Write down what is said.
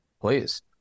Please